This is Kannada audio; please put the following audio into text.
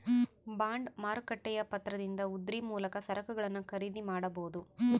ಬಾಂಡ್ ಮಾರುಕಟ್ಟೆಯ ಪತ್ರದಿಂದ ಉದ್ರಿ ಮೂಲಕ ಸರಕುಗಳನ್ನು ಖರೀದಿ ಮಾಡಬೊದು